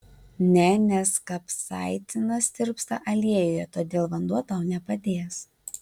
ne nes kapsaicinas tirpsta aliejuje todėl vanduo tau nepadės